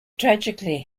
tragically